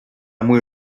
muy